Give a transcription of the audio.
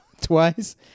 twice